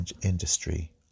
industry